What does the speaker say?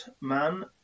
man